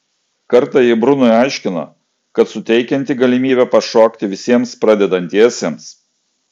kartą ji brunui aiškino kad suteikianti galimybę pašokti visiems pradedantiesiems